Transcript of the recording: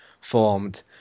formed